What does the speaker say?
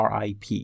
RIP